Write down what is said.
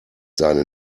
seine